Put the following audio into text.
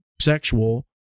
sexual